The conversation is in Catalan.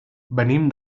venim